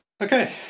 Okay